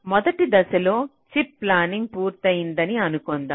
మొదటి దశలో chip planning పూర్తయిందని అనుకుందాము